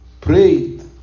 prayed